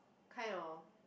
kind of